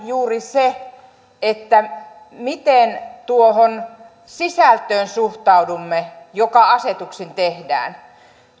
juuri se miten tuohon sisältöön suhtaudumme joka asetuksin tehdään